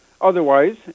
otherwise